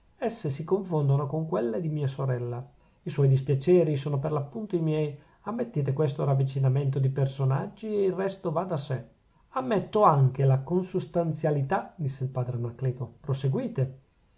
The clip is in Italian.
esse si confondono con quelle di mia sorella i suoi dispiaceri sono per l'appunto i miei ammettete questo ravvicinamento di personaggi e il resto va da sè ammetto anche la consustanzialità disse il padre anacleto proseguite